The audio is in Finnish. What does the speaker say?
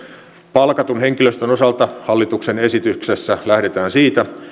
palkatun henkilöstön osalta hallituksen esityksessä lähdetään siitä